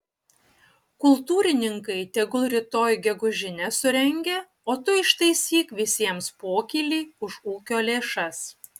kultūrininkai tegul rytoj gegužinę surengia o tu ištaisyk visiems pokylį už ūkio lėšas